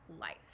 life